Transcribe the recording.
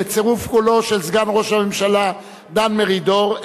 בצירוף קולו של סגן ראש הממשלה דן מרידור,